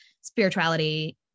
spirituality